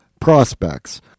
prospects